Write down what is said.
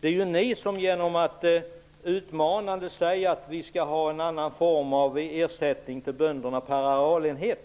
Det är ju ni som gör det genom att utmanande säga att vi skall ha en annan form av ersättning till bönderna per arealenhet.